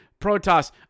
Protoss